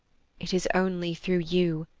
it is only through you,